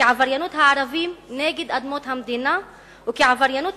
כעבריינות הערבים נגד אדמות המדינה וכעבריינות